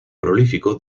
prolífico